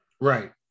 Right